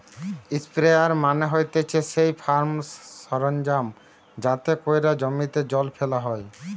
sprayer মানে হতিছে সেই ফার্ম সরঞ্জাম যাতে কোরিয়া জমিতে জল ফেলা হয়